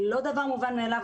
זה לא דבר מובן מאליו.